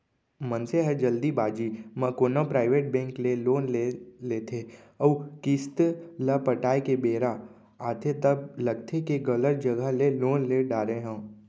मनसे ह जल्दबाजी म कोनो पराइबेट बेंक ले लोन ले लेथे अउ किस्त ल पटाए के बेरा आथे तब लगथे के गलत जघा ले लोन ले डारे हँव